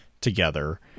together